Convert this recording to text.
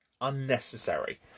unnecessary